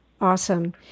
Awesome